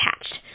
attached